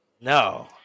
No